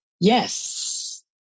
yes